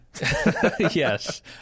Yes